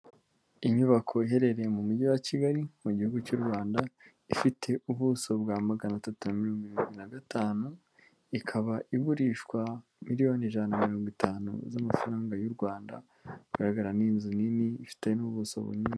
Inyubako iherereye mu Mujyi wa Kigali mu gihugu cy'u Rwanda, ifite ubuso bwa magana atatu na mirongo irindwi na gatanu, ikaba igurishwa miliyoni ijana na mirongo itanu z'amafaranga y'u Rwanda, igaragara ni inzu nini ifite n'ubuso bunini...